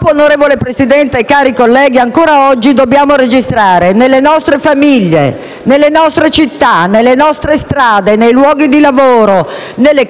Onorevole Presidente, cari colleghi, purtroppo ancora oggi dobbiamo registrare nelle nostre famiglie, nelle nostre città, nelle nostre strade, nei luoghi di lavoro e nelle carceri